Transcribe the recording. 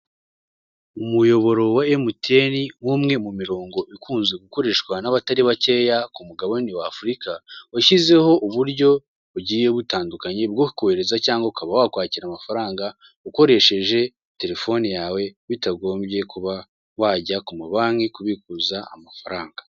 Umuyoboro wa emutiye ni ni umwe mu miyoboro ikunzw gukoresha ku mugabane w'afurika, washyizeho uburyo bigiye butandukanye bwo kuba wakohereza cyangwa wakwakira amafaranga ukoreshe telefone yewe bitagombye kujya ku mabanki kubikuzayo amafaranga.